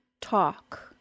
talk